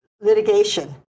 litigation